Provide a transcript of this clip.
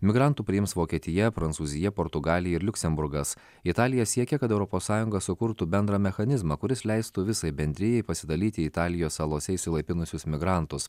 migrantų priims vokietija prancūzija portugalija ir liuksemburgas italija siekia kad europos sąjungos sukurtų bendrą mechanizmą kuris leistų visai bendrijai pasidalyti italijos salose išsilaipinusius migrantus